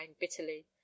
bitterly